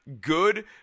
good